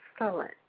excellent